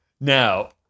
Now